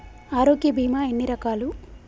ఆరోగ్య బీమా ఎన్ని రకాలు?